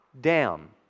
down